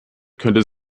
könnte